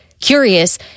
Curious